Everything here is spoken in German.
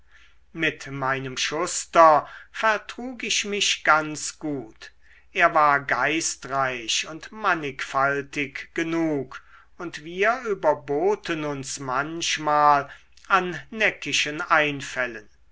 mit meinem schuster vertrug ich mich ganz gut er war geistreich und mannigfaltig genug und wir überboten uns manchmal an neckischen einfällen